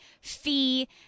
fee